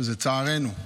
שהוא צערנו,